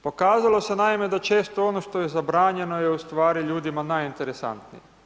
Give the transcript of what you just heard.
Pokazalo se naime da često ono što je zabranjeno je u stvari ljudima najinteresantnije.